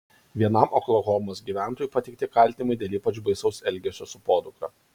vienam oklahomos gyventojui pateikti kaltinimai dėl ypač baisaus elgesio su podukra